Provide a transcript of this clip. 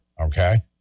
Okay